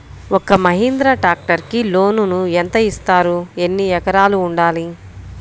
ఒక్క మహీంద్రా ట్రాక్టర్కి లోనును యెంత ఇస్తారు? ఎన్ని ఎకరాలు ఉండాలి?